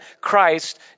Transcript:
Christ